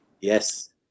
Yes